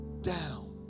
down